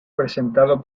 presentado